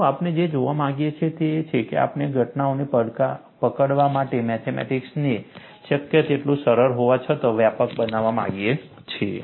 જુઓ આપણે જે જોવા માંગીએ છીએ તે એ છે કે આપણે ઘટનાઓને પકડવા માટે મેથમેટિક્સને શક્ય તેટલું સરળ હોવા છતાં વ્યાપક બનાવવા માંગીએ છીએ